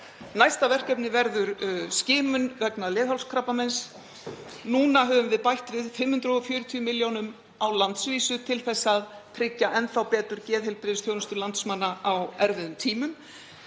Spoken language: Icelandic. Næsta verkefni verður skimun vegna leghálskrabbameins. Núna höfum við bætt við 540 milljónum á landsvísu til að tryggja enn betur geðheilbrigðisþjónustu landsmanna á erfiðum tímum.